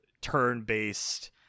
turn-based